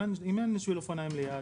אם אין שביל אופניים ליד,